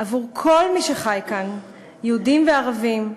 עבור כל מי שחי כאן: יהודים וערבים,